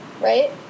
right